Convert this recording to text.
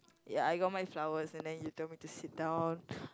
ya I got my flowers and then he told me to sit down